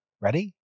ready